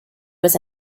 was